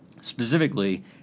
Specifically